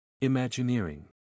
Imagineering